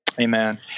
Amen